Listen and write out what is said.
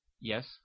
Yes